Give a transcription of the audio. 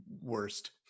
worst